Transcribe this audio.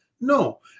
No